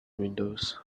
windows